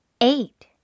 Eight